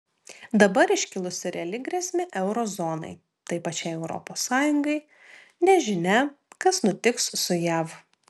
dabar iškilusi reali grėsmė euro zonai tai pačiai europos sąjungai nežinia kas nutiks su jav